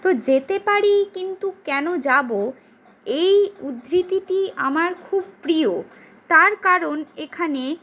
তো যেতে পারি কিন্তু কেন যাব এই উদ্ধৃতিটি আমার খুব প্রিয় তার কারণ এখানে